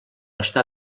està